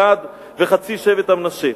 גד וחצי שבט מנשה.